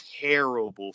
terrible